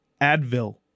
Advil